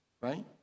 Right